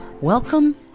Welcome